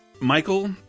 Michael